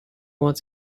want